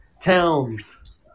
towns